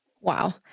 Wow